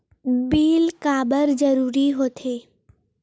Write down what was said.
Bill काबर जरूरी होथे?